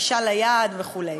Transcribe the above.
גישה ליעד וכו'.